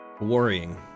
worrying